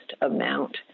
amount